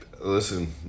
listen